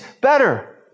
better